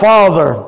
Father